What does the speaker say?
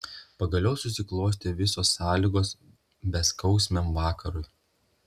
pagaliau susiklostė visos sąlygos beskausmiam vakarui